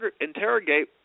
interrogate